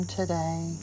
today